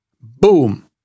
Boom